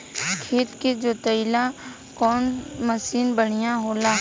खेत के जोतईला कवन मसीन बढ़ियां होला?